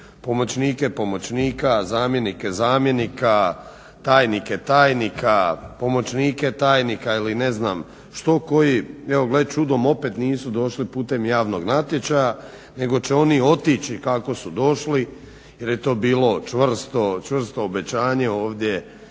pomoćnike pomoćnika, zamjenike zamjenika, tajnike tajnika, pomoćnike tajnika ili ne znam što, koji gle čudom opet nisu došli putem javnog natječaja nego će oni otići kako su došli jer je to bilo čvrsto obećanje ovdje